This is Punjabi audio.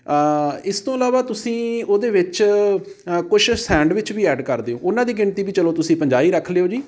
ਇਸ ਤੋਂ ਇਲਾਵਾ ਤੁਸੀਂ ਉਹਦੇ ਵਿੱਚ ਕੁਛ ਸੈਂਡਵਿਚ ਵੀ ਐਡ ਕਰ ਦਿਉ ਉਹਨਾਂ ਦੀ ਗਿਣਤੀ ਵੀ ਚਲੋ ਤੁਸੀਂ ਪੰਜਾਹ ਹੀ ਰੱਖ ਲਿਓ ਜੀ